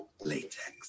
Latex